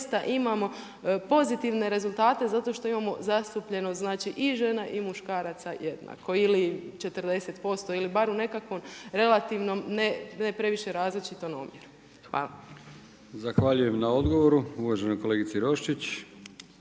imamo pozitivne rezultate zato što imamo zastupljenost znači i žena i muškaraca jednako ili 40% ili bar u nekakvom relativnom ne previše različitom omjeru. Hvala. **Brkić, Milijan (HDZ)** Zahvaljujem na odgovoru uvaženoj kolegici Roščić.